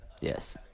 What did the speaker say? yes